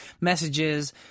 messages